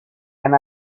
and